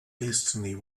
destiny